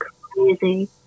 crazy